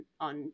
on